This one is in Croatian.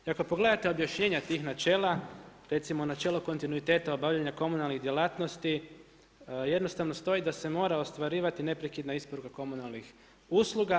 I ako pogledate objašnjenje tih načela, recimo, načelo kontinuiteta obavljanja komunalnih djelatnosti, jednostavno stoji da se mora ostvarivati neprekidna isporuka komunalnih usluga.